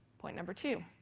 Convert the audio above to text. point number two,